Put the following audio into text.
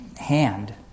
hand